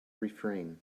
refrain